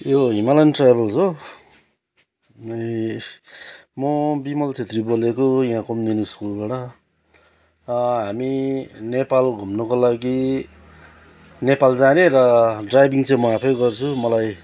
यो Himalayan travels हो ए म बिमल छेत्री बोलेको यहाँ कुमुदिनी स्कुलबाट हामी नेपाल घुम्नुको लागि नेपाल जाने र ड्राइभिङ चाहिँ म आफै गर्छु मलाई